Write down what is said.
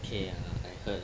okay uh I heard